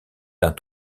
d’un